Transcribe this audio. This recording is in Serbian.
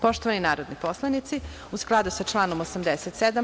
Poštovani narodni poslanici, u skladu sa članom 87.